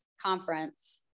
conference